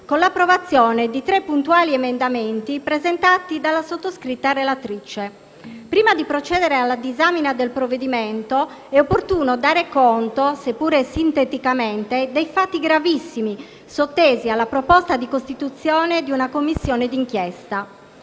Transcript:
con l'approvazione di tre puntuali emendamenti presentati dalla sottoscritta relatrice. Prima di procedere alla disamina del provvedimento, è opportuno dare conto, seppure sinteticamente, dei fatti gravissimi sottesi alla proposta di costituzione di una Commissione di inchiesta.